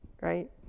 right